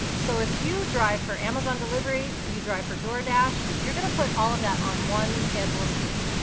so if you drive for amazon delivery, you drive for doordash, you're gonna put all of that on one schedule c.